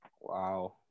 wow